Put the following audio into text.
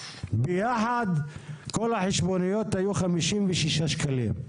כל החשבוניות יחד הגיעו לסכום של 56 שקלים.